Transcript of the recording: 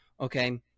Okay